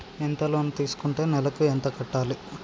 ఎంత లోన్ తీసుకుంటే నెలకు ఎంత కట్టాలి?